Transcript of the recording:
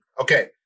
Okay